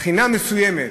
מבחינה מסוימת,